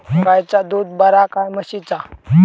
गायचा दूध बरा काय म्हशीचा?